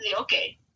okay